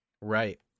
Right